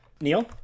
Neil